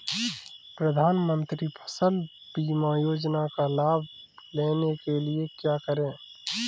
प्रधानमंत्री फसल बीमा योजना का लाभ लेने के लिए क्या करें?